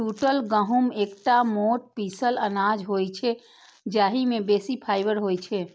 टूटल गहूम एकटा मोट पीसल अनाज होइ छै, जाहि मे बेसी फाइबर होइ छै